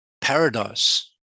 paradise